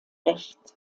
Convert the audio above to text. recht